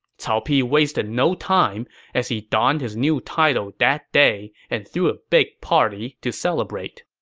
cao pi wasted no time as he donned his new title that day and threw a big party to celebrate